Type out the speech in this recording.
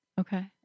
Okay